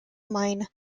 mine